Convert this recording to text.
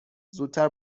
زودتر